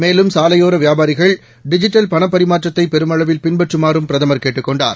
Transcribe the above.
மேலும் சாலையோர வியாபாரிகள் டிஜிட்டல் பணப்பரிமாற்றத்தை பெருமளவில் பின்பற்றமாறும் பிரதமர் கேட்டுக் கொண்டார்